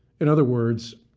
in other words,